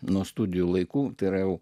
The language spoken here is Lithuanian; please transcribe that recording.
nuo studijų laikų turėjau